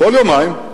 כל יומיים,